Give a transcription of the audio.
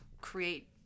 create